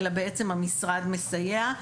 אלא בעצם המשרד מסייע.